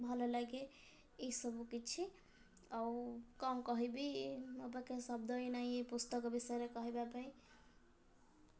ସେଥିଲାଗି ମୋତେ ବହୁତ ଭଲ ଲାଗେ ଏଇସବୁ କିଛି ଆଉ କ'ଣ କହିବି ମୋ ପାଖେ ଶବ୍ଦ ନାହିଁ ଏଇ ପୁସ୍ତକ ବିଷୟରେ କହିବା ପାଇଁ